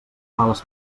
males